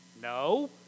No